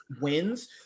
wins